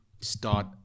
start